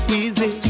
easy